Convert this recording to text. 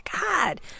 God